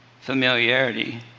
Familiarity